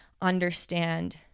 understand